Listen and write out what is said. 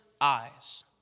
Eyes